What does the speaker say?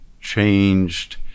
changed